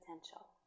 potential